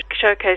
showcase